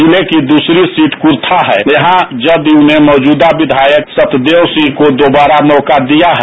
जिले की दूसरी सीट कुर्था है यहां जदयू ने मौजूदा विधायक सत्यदेव सिंह को दोबारा मौका दिया है